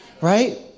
Right